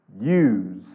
use